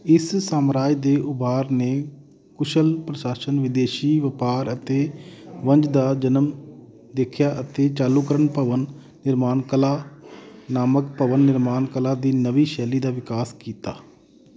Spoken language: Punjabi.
ਇਸ ਸਾਮਰਾਜ ਦੇ ਉਭਾਰ ਨੇ ਕੁਸ਼ਲ ਪ੍ਰਸ਼ਾਸਨ ਵਿਦੇਸ਼ੀ ਵਪਾਰ ਅਤੇ ਵਣਜ ਦਾ ਜਨਮ ਦੇਖਿਆ ਅਤੇ ਚਾਲੁਕਰਨ ਭਵਨ ਨਿਰਮਾਣ ਕਲਾ ਨਾਮਕ ਭਵਨ ਨਿਰਮਾਣ ਕਲਾ ਦੀ ਨਵੀਂ ਸ਼ੈਲੀ ਦਾ ਵਿਕਾਸ ਕੀਤਾ